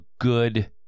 good